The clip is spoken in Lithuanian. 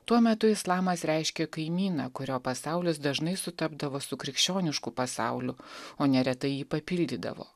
tuo metu islamas reiškė kaimyną kurio pasaulis dažnai sutapdavo su krikščionišku pasauliu o neretai jį papildydavo